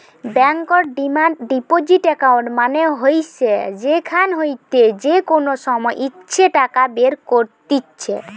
বেঙ্কর demand deposit account মানে হইসে যেখান হইতে যে কোনো সময় ইচ্ছে টাকা বের কত্তিছে